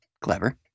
clever